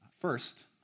First